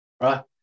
Right